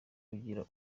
kugira